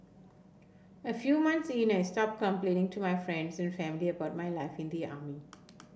a few months in I stopped complaining to my friends and family about my life in the army